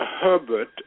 Herbert